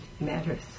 Matters